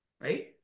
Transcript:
right